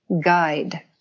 guide